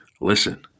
listen